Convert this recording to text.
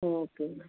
okay madam